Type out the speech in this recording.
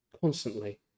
Constantly